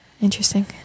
Interesting